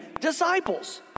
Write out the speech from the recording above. disciples